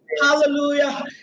Hallelujah